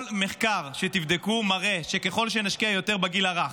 כל מחקר שתבדקו מראה שככל שנשקיע יותר בגיל הרך,